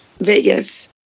Vegas